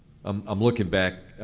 um i'm looking back,